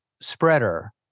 spreader